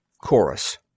Chorus